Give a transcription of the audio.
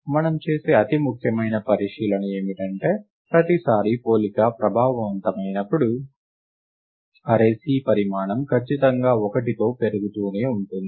మనము చేసే అతి ముఖ్యమైన పరిశీలన ఏమిటంటే ప్రతిసారీ పోలిక ప్రభావితమైనప్పుడు అర్రే C పరిమాణం ఖచ్చితంగా ఒకటితో పెరుగుతూనే ఉంటుంది